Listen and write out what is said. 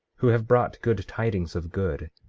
who have brought good tidings of good,